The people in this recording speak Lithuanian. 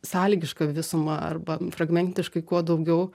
sąlygišką visumą arba fragmentiškai kuo daugiau